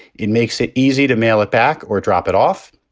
it makes it easy to mail it back or drop it off.